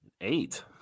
eight